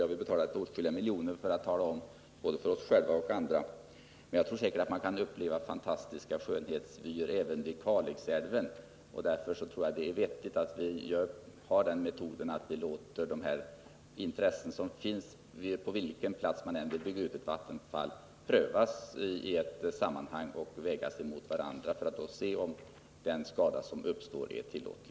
Vi har betalat åtskilliga miljoner för att tala om det för både oss själva och andra. Och jag tror att man säkert kan uppleva fantastiska skönhetsvyer även vid Kalixälven. Därför menar jag att det är vettigt att vi, på vilken plats vi än bygger ut ett vattenfall, låter de intressen som finns prövasi ett sammanhang och vägas mot varandra för att se om den skada som uppstår är tillåtlig.